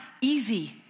easy